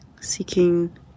seeking